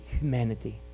humanity